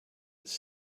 its